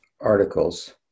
articles